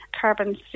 Carbon